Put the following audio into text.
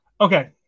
Okay